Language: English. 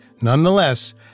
Nonetheless